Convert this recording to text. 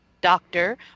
doctor